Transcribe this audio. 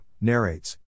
narrates